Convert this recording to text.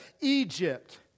Egypt